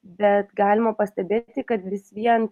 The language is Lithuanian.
bet galima pastebėti kad vis vien